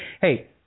Hey